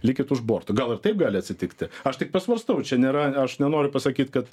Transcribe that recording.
likit už borto gal ir taip gali atsitikti aš tik pasvarstau čia nėra aš nenoriu pasakyt kad